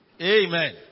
amen